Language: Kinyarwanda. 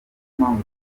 mpamvu